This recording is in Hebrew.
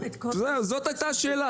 כן הזמנו את כולם.